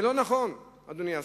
זה לא נכון, אדוני השר.